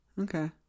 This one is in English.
okay